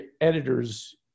editor's